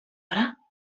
hora